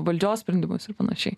valdžios sprendimus ir panašiai